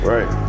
Right